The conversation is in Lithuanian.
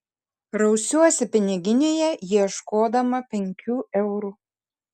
rausiuosi piniginėje ieškodama penkių eurų